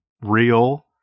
real